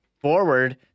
forward